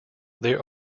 there